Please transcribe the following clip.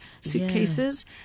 suitcases